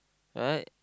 right